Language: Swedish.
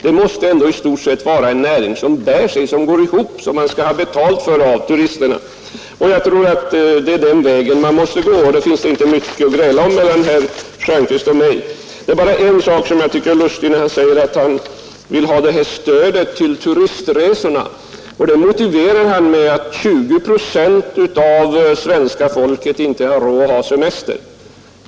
Det måste ändå i stort sett vara en näring som går ihop, och detta är saker som man skall ha betalt för av turisterna. Jag tror att det är den vägen man måste gå, och då har herr Stjernström och jag inte mycket att gräla om. Det är bara en sak som jag tycker är lustig, nämligen när herr Stjernström säger att han vill ha detta stöd till turistresorna och motiverar det med att 20 procent av svenska folket inte har råd att ta semester.